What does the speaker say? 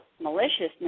maliciousness